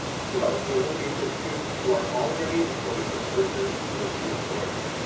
so it will be for students who are already employed as workers with the employer.